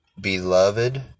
Beloved